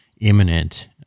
imminent